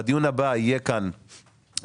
אני לא יודע מתי יתקיים הדיון הבא,